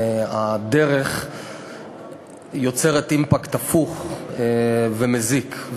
הדרך יוצרת אימפקט הפוך ומזיק,